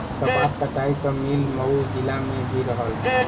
कपास कटाई क मिल मऊ जिला में भी रहल